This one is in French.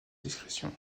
discrétion